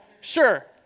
Sure